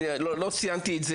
לא ציינת את זה